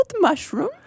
mushroom